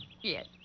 Yes